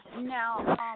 Now